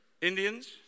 Indians